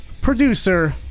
producer